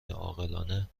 عاقلانه